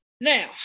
now